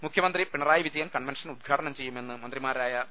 മുഖ്യമന്ത്രി പിണറായി വിജയൻ കൺവെൻഷൻ ഉദ്ഘാ ടനം ചെയ്യുമെന്ന് മന്ത്രിമാരായ വി